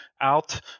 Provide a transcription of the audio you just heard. out